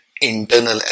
internal